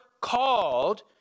called